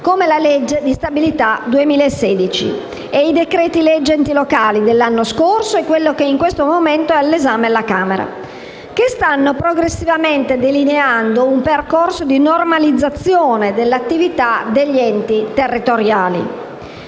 come la legge di stabilità 2016 e i decreti-legge enti locali (quello dell'anno scorso e quello in questo momento all'esame della Camera), che stanno progressivamente delineando un percorso di normalizzazione dell'attività degli enti territoriali.